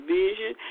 vision